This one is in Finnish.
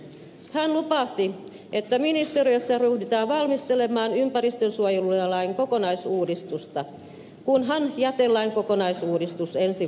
hän lupasi että ministeriössä ryhdytään valmistelemaan ympäristönsuojelulain kokonaisuudistusta kunhan jätelain kokonaisuudistus ensin valmistuu